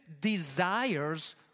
desires